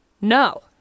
no